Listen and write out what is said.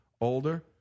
Older